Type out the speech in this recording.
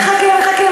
מחכה,